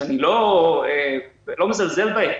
שאני לא מזלזל בהן,